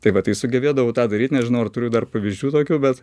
tai va tai sugebėdavau tą daryt nežinau ar turiu dar pavyzdžių tokių bet